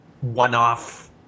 one-off